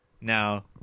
Now